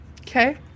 Okay